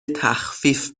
تخفیف